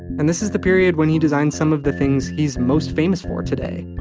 and this is the period when he designed some of the things he's most famous for today,